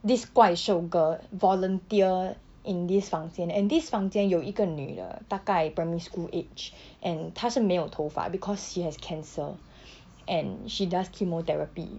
this 怪兽 girl volunteer in this 房间 and this 房间有一个女的大概 primary school age and 她是没有头发 because she has cancer and she does chemotherapy